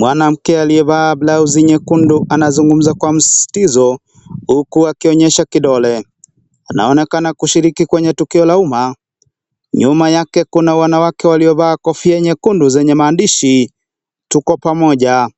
Mwanamke aliyevaa blouse nyekundu anazungumza kwa msizitizo huku akionyesha kidole anaonekana kushiriki kwenye tukio la umma nyuma yake kuna wanawake waliovalia kofia nyekundu zenye maandishi Tuko pamoja